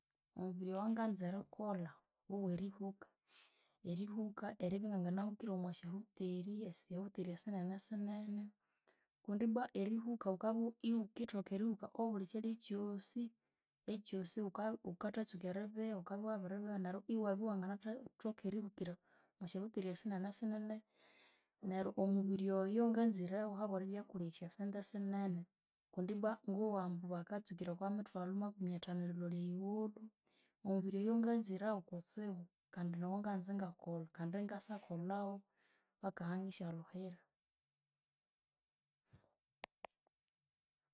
Omubiri owanganza erikolha wowerihuka. Erihuka eribya inangana hukira omwasyahuteri esya huteri esinene sinene. Kundi ibwa erihuka bukabya iwukithoka erihuka obuli kyalya kyosi ekyosi wukabya wukathatsuka eribigha wukabya wabiribigha iwabya wanginatha thoka erihukira omwasyahuteri esinene sinene. Neryu omubiri oyo nganzirewu habweribya kuli esyasente sinene kundi ibwa ngowambu baka tsukira okwamithwalhu makumi athanu erilholya eyiwulhu. NOmubiri oyo nganzirewu kutsibu kandi niwonganza ingakolha kandi ingasyakolhawu paka ahangisya lhuhira